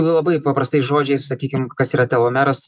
labai paprastais žodžiais sakykim kas yra telomeras